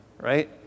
right